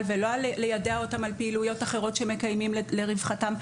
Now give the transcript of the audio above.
ולא ליידע אותם על פעילויות אחרות שמקיימים לרווחתם.